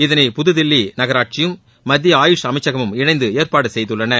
இதனை புதுதில்லி நகராட்சியும் மத்திய ஆயுஷ் அமைச்சகமும் இணைந்து ஏற்பாடு செய்துள்ளன